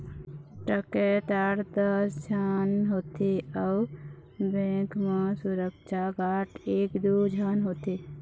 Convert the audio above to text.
डकैत आठ दस झन होथे अउ बेंक म सुरक्छा गार्ड एक दू झन होथे